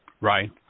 Right